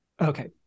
Okay